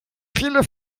viele